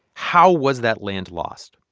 how was that land lost?